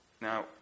Now